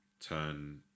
turn